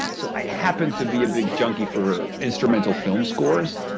so i happen to be a big junkie for instrumental film scores,